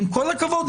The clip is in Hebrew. עם כל הכבוד.